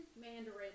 Mandarin